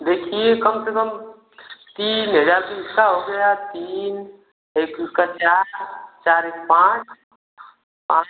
देखिए कम से कम तीन हज़ार तो इसका हो गया तीन एक उसका चार चार एक पाँच पाँच